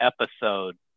episode